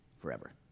forever